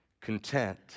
content